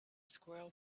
squirrel